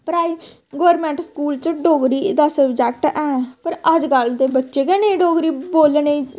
government school च डोगरी दा subject है पर अजकल्ल दे बच्चे गै नेईं डोगरी बोलने गी